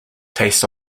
taste